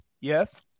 yes